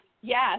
yes